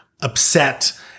upset